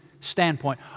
standpoint